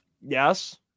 Yes